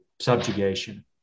subjugation